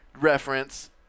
reference